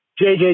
JJ